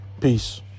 Peace